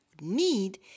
need